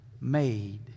made